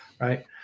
right